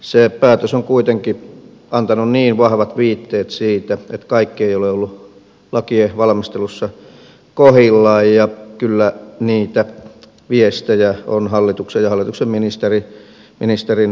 se päätös on kuitenkin antanut niin vahvat viitteet siitä että kaikki ei ole ollut lakien valmistelussa kohdillaan ja kyllä niitä viestejä on hallituksen ja hallituksen ministerin kuunneltava